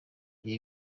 ibi